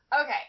Okay